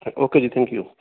okay ji thank you